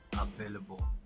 available